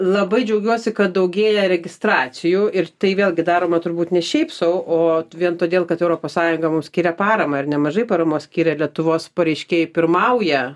labai džiaugiuosi kad daugėja registracijų ir tai vėlgi daroma turbūt ne šiaip sau o vien todėl kad europos sąjunga mums skiria paramą ir nemažai paramos skiria lietuvos pareiškėjai pirmauja